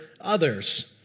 others